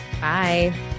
bye